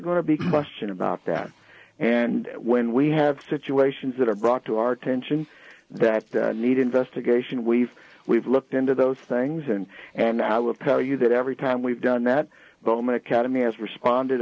to be question about that and when we have situations that are brought to our attention that need investigation we've we've looked into those things and and i will tell you that every time we've done that